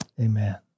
amen